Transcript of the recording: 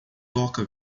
toca